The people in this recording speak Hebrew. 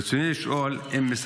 ברצוני לשאול: